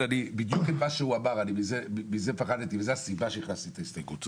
בדיוק ממה שמר זינגר אמר פחדתי ולכן הכנסתי את ההסתייגות.